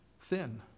thin